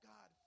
God